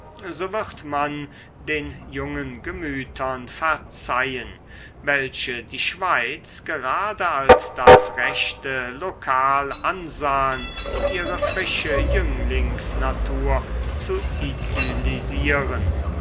so wird man den jungen gemütern verzeihen welche die schweiz gerade als das rechte lokal ansahen ihre frische jünglingsnatur zu